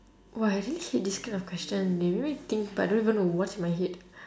!wah! I really hate this kind of question they make me think but I don't even know what's inside my head